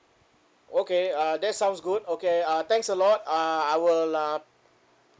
okay uh that sounds good okay uh thanks a lot uh I will um